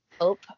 hope